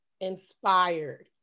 inspired